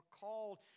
called